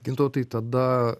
gintautai tada